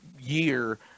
year